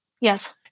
Yes